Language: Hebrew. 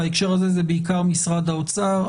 בהקשר הזה זה בעיקר משרד האוצר,